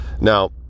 Now